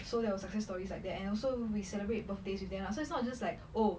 so there was success stories like that and also we celebrate birthdays with them lah so it's not just like oh